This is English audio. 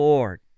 Lord